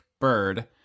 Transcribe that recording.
bird